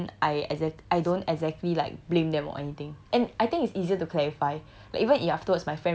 for lost lah and then I exac~ I don't exactly like blame them or anything and I think it's easier to clarify